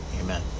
Amen